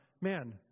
man